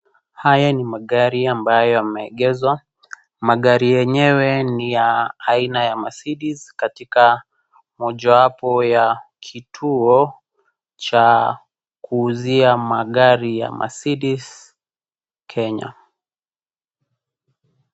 Haya ni magari ambayo yameegeshwa, magari yenyewe ni ya aina ya mercedes katika mojawapo ya kituo cha kuuzia magari ya mercedes Kenya.